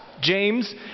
James